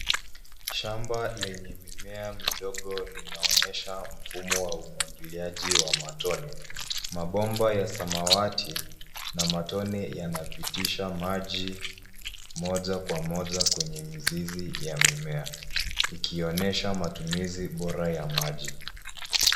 Shamba lenye mimea midogo linaonyesha mfumo wa umwagiliaji wa matone. Mabomba ya samawati na matone yanapitisha maji moja kwa moja kwenye mizizi ya mimea; ikionyehsa matumizi bora ya maji.